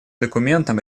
документом